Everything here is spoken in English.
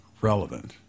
relevant